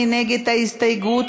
מי נגד ההסתייגות?